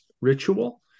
ritual